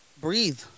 breathe